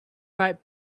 right